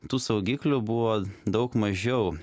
tų saugiklių buvo daug mažiau